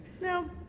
No